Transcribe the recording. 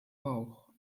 bauch